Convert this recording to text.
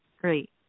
great